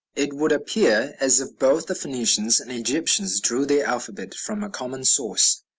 it would appear as if both the phoenicians and egyptians drew their alphabet from a common source,